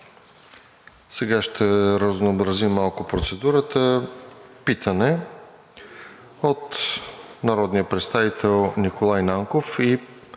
Ще разнообразим малко процедурата – питане от народния представител Николай Нанков и